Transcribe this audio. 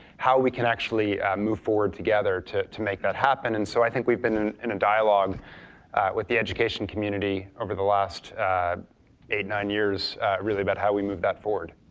how we can actually move forward together to to make that happen. and so i think we've been in a dialogue with the education community over the last eight, nine years really about how we move that forward.